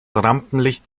rampenlicht